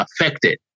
affected